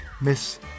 miss